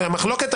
המחלוקת,